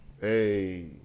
hey